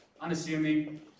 Unassuming